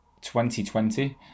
2020